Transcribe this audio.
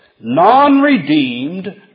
non-redeemed